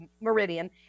meridian